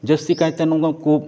ᱡᱟᱹᱥᱛᱤ ᱠᱟᱭᱛᱮ ᱱᱚᱣᱟᱠᱚ